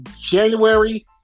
January